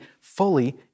fully